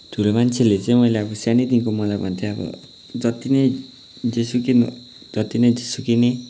ठुलो मान्छेले चाहिँ मैले अब सानैदेखिको मलाई भन्थ्यो अब जति नै जेसुकै जति नै जेसुकै नै